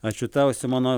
ačiū tau simona